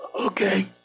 okay